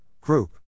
Group